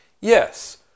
Yes